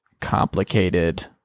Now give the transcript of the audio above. complicated